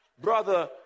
brother